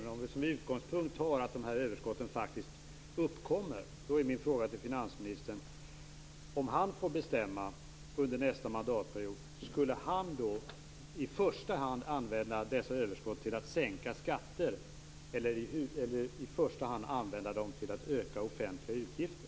Men om vi som utgångspunkt tar att de här överskotten faktiskt uppkommer är min fråga till finansministern: Om han får bestämma under nästa mandatperiod - skulle han då använda dessa överskott till att i första hand sänka skatter eller i första hand öka offentliga utgifter?